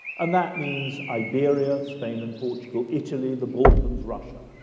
and that means iberia, spain and portugal, italy, the balkans, russia,